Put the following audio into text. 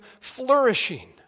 flourishing